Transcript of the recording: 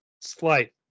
Slight